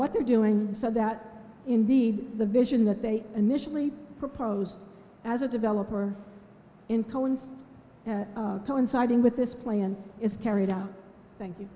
what they're doing so that indeed the vision that they initially proposed as a developer in town coinciding with this plan is carried out thank you